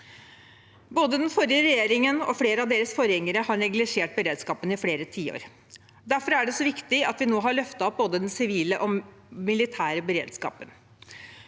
Både den forrige regjeringen og flere av deres forgjengere har neglisjert beredskapen i flere tiår. Derfor er det så viktig at vi nå har løftet opp både den sivile og den militære beredskapen.